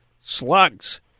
slugs